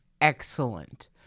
excellent